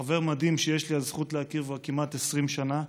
חבר מדהים שיש לי הזכות להכיר כבר כמעט 20 שנה,